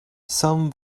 some